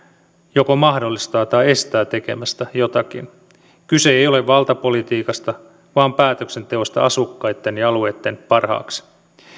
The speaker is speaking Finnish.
joko mahdollistaa jonkin tai estää tekemästä jotakin kyse ei ei ole valtapolitiikasta vaan päätöksenteosta asukkaitten ja alueitten parhaaksi